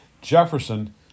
Jefferson